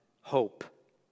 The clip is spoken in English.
hope